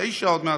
תשע עוד מעט,